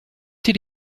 did